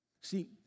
See